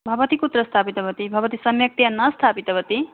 भवती कुत्र स्थापितवती भवति सम्यक्तया न स्थापितवती